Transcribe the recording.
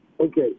okay